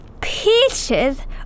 Peaches